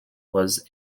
was